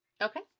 Okay